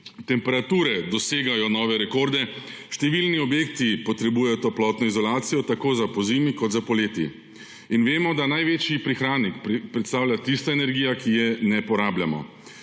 Temperature dosegajo nove rekorde, številni objekti potrebujejo toplotno izolacijo tako za pozimi kot za poleti. In vemo, da največji prihranek predstavlja tista energija, ki je ne porabljamo.